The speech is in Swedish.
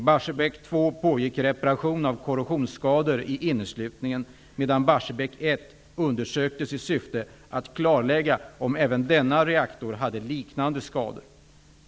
Barsebäck 1 undersöktes i syfte att klarlägga om även denna reaktor hade liknande skador.